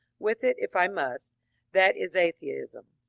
with it if i must that is atheism.